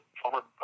former